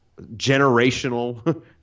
generational